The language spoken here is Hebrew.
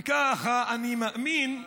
וככה אני מאמין,